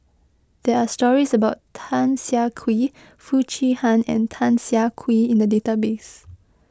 there are stories about Tan Siah Kwee Foo Chee Han and Tan Siah Kwee in the database